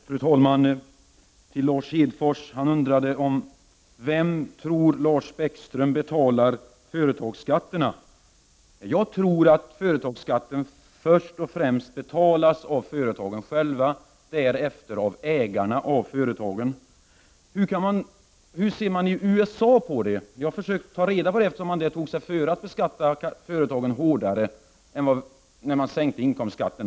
Fru talman! Lars Hedfors undrade vem jag tror betalar företagsskatterna. Ja, jag tror att företagsskatt först och främst betalas av företagen själva och sedan av ägarna av företagen. Hur ser man då i USA på detta? Jag har försökt att ta reda på hur det förhåller sig, eftersom man där har tagit sig före att beskatta företagen hårdare när man sänkte inkomstskatten.